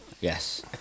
yes